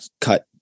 cut